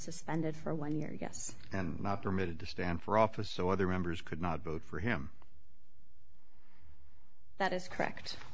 suspended for one year yes and not permitted to stand for office so other members could not vote for him that is correct